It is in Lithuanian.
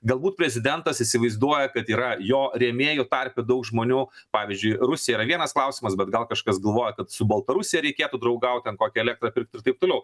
galbūt prezidentas įsivaizduoja kad yra jo rėmėjų tarpe daug žmonių pavyzdžiui rusija yra vienas klausimas bet gal kažkas galvoja kad su baltarusija reikėtų draugauti ten kokią elektrą pirkt ir taip toliau